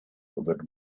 that